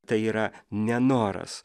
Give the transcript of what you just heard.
tai yra nenoras